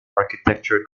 architecture